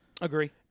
Agree